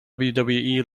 wwe